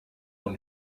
dans